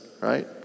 right